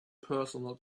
personal